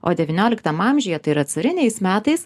o devynioliktam amžiuje tai yra cariniais metais